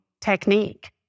technique